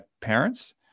parents